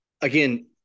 again